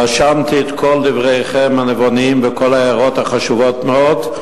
רשמתי את כל דבריכם הנבונים ואת כל ההערות החשובות מאוד.